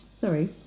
Sorry